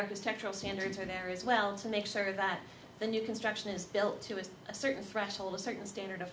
architectural standards are now as well to make sure that the new construction is built to a certain threshold a certain standard of